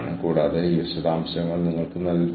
എന്നിട്ട് അവർ വന്ന് നമ്മളെ സഹായിക്കുന്നു